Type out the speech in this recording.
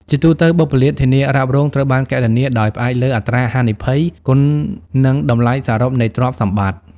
ជាទូទៅ បុព្វលាភធានារ៉ាប់រងត្រូវបានគណនាដោយផ្អែកលើ អត្រាហានិភ័យ គុណនឹង តម្លៃសរុបនៃទ្រព្យសម្បត្តិ។